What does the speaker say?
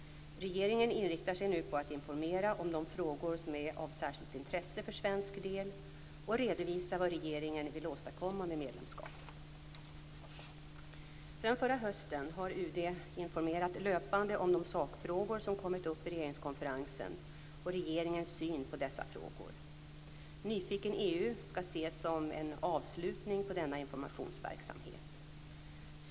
Regeringen inriktar sig nu på att informera om de frågor som är av särskilt intresse för svensk del och redovisa vad regeringen vill åstadkomma med medlemskapet. Sedan förra hösten har UD informerat löpande om de sakfrågor som kommit upp i regeringskonferensen och regeringens syn på dessa frågor. "Nyfiken EU" skall ses som en avslutning på denna informationsverksamhet.